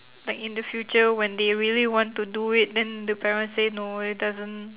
like in the future when they really want to do it then the parents say no it doesn't